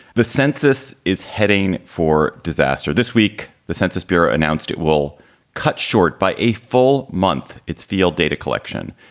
the census is heading for disaster. this week, the census bureau announced it will cut short by a full month its field data collection.